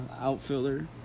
Outfielder